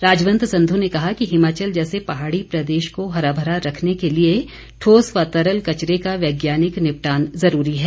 राजवंत संधु ने कहा कि हिमाचल जैसे पहाड़ी प्रदेश को हरा भरा रखने के लिए ठोस व तरल कचरे का वैज्ञानिक निपटान जरूरी है